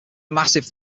massive